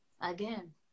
again